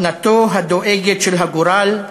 מתנתו הדואגת של הגורל,